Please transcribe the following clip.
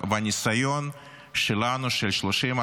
והניסיון שלנו של 30,